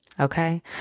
Okay